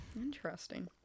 interesting